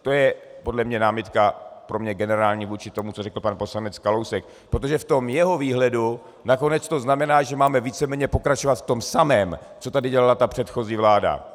To je podle mě námitka generální vůči tomu, co řekl pan poslanec Kalousek, protože v tom jeho výhledu nakonec to znamená, že máme vysloveně pokračovat v tom samém, co tady dělala předchozí vláda.